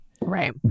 Right